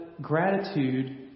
Gratitude